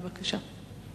בבקשה.